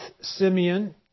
Simeon